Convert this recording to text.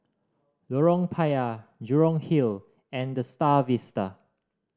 Lorong Payah Jurong Hill and The Star Vista